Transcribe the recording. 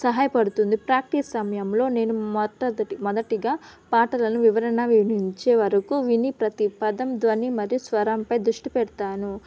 సహాయపడుతుంది ప్రాక్టీస్ సమయంలో నేను మొట్ట మొదటిగా పాటలను వివరణ వివరించే వరకు విని ప్రతీ పదం ధ్వని మరియు స్వరంపై దృష్టి పెడతాను